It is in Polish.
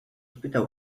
spytał